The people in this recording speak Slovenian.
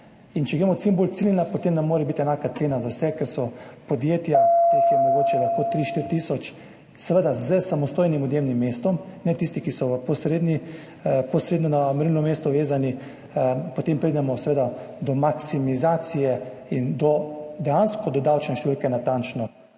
da bo čim bolj ciljna, potem ne more biti enaka cena za vse, ker so podjetja, teh je mogoče lahko 3, 4 tisoč, seveda s samostojnim odjemnim mestom, ne tisti, ki so posredno vezani na merilno mesto, potem pridemo seveda do maksimizacije in dejansko do davčne številke natančno